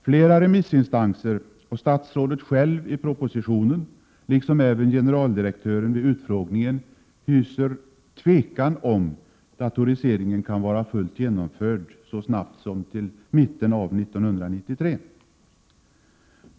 Flera remissinstanser och statsrådet själv i propositionen liksom även generaldirektören vid utfrågningen hyser tvekan om datoriseringen kan vara fullt genomförd så snabbt som till mitten av 1993.